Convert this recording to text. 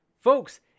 folks